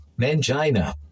mangina